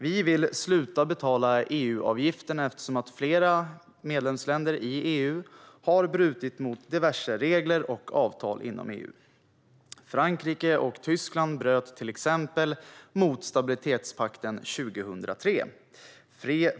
Vi vill sluta betala EU-avgiften, eftersom flera medlemsländer i EU har brutit mot diverse regler och avtal inom EU. Frankrike och Tyskland bröt till exempel mot stabilitetspakten 2003.